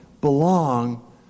belong